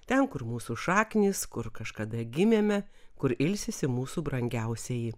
ten kur mūsų šaknys kur kažkada gimėme kur ilsisi mūsų brangiausieji